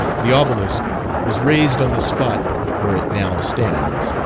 the obelisk was raised on the spot where it now stands,